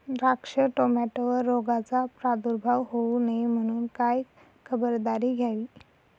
द्राक्ष, टोमॅटोवर रोगाचा प्रादुर्भाव होऊ नये म्हणून काय खबरदारी घ्यावी?